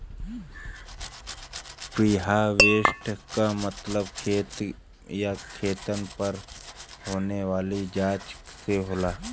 preharvest क मतलब खेत या खेतन पर होने वाली जांच से होला